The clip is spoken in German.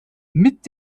mit